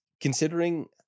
Considering